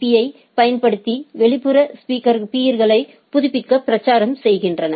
B யைப் பயன்படுத்தி வெளிப்புற பீர்களைப் புதுப்பிக்க பிரச்சாரம் செய்கின்றன